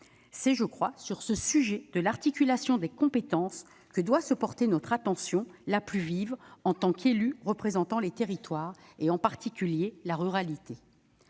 C'est, je le crois, sur ce sujet de l'articulation des compétences que doit se porter notre attention la plus vive, en tant qu'élus représentant les territoires, en particulier la ruralité.